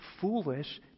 foolish